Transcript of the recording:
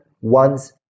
ones